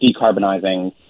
decarbonizing